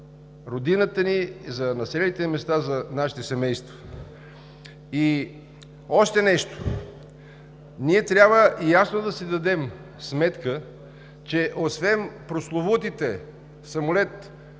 Родината ни, за населените места, за нашите семейства. И още нещо, ние трябва ясно да си дадем сметка, че освен прословутите самолет,